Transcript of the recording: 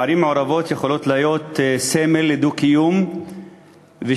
ערים מעורבות יכולות להיות סמל לדו-קיום ושילוב.